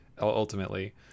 ultimately